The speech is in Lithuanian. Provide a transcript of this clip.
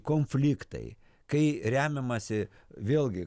konfliktai kai remiamasi vėlgi